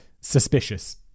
suspicious